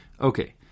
Okay